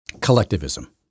collectivism